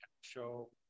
show